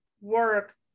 work